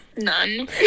none